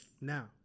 now